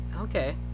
okay